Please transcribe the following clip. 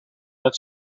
het